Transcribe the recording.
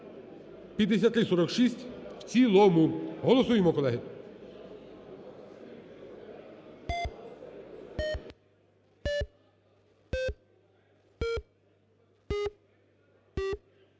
5346 в цілому, голосуємо, колеги.